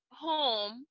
home